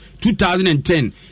2010